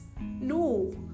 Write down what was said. No